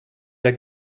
der